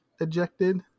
ejected